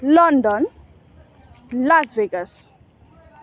London Las Vegas